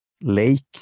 Lake